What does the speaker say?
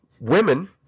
Women